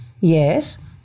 Yes